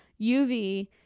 UV